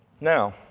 Now